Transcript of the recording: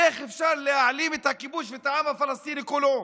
איך אפשר להעלים את הכיבוש ואת העם הפלסטיני כולו?